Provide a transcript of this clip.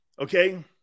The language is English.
Okay